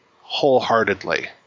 Wholeheartedly